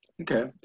Okay